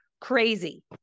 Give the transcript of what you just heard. Crazy